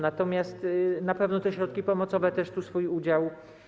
Natomiast na pewno te środki pomocowe też miały tu swój udział.